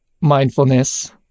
mindfulness